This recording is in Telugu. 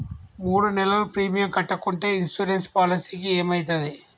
మూడు నెలలు ప్రీమియం కట్టకుంటే ఇన్సూరెన్స్ పాలసీకి ఏమైతది?